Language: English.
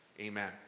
Amen